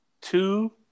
two